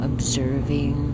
observing